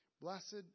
Blessed